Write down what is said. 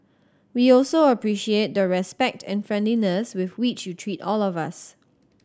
we also appreciate the respect and friendliness with which you treat all of us